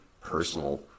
personal